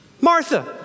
Martha